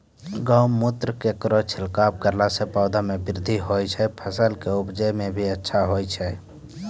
गौमूत्र केरो छिड़काव करला से पौधा मे बृद्धि होय छै फसल के उपजे भी अच्छा होय छै?